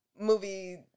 Movie